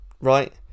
right